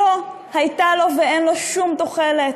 שלא הייתה לו ואין לו שום תוחלת,